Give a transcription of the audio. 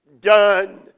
done